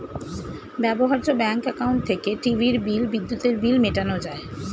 ব্যবহার্য bank account থেকে টিভির বিল, বিদ্যুতের বিল মেটানো যায়